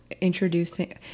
introducing